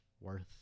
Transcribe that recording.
worth